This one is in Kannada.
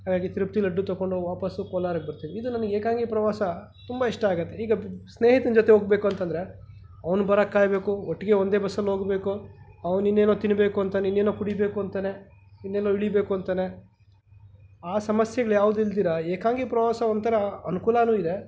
ಹಾಗಾಗಿ ತಿರುಪತಿ ಲಡ್ಡು ತೊಕೊಂಡು ಹೋಗಿ ವಾಪಸ್ಸು ಕೋಲಾರಕ್ಕೆ ಬರ್ತೀನಿ ಇದು ನನಗೆ ಏಕಾಂಗಿ ಪ್ರವಾಸ ತುಂಬ ಇಷ್ಟ ಆಗುತ್ತೆ ಈಗ ಸ್ನೇಹಿತನ ಜೊತೆ ಹೋಗಬೇಕು ಅಂತಂದರೆ ಅವ್ನು ಬರಕ್ಕೆ ಕಾಯಬೇಕು ಒಟ್ಟಿಗೆ ಒಂದೇ ಬಸ್ಸಲ್ಲಿ ಹೋಗ್ಬೇಕು ಅವನಿನ್ನೇನೋ ತಿನ್ನಬೇಕು ಅಂತಾನೆ ಇನ್ನೇನೋ ಕುಡೀಬೇಕು ಅಂತಾನೆ ಇನ್ನೇನೋ ಇಳೀಬೇಕು ಅಂತಾನೆ ಆ ಸಮಸ್ಯೆಗ್ಳ್ಯಾವ್ದು ಇಲ್ದಿರಾ ಏಕಾಂಗಿ ಪ್ರವಾಸ ಒಂಥರ ಅನ್ಕೂಲನೂ ಇದೆ